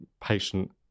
patient